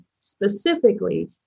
specifically